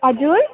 हजुर